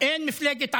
אין ממפלגת העבודה,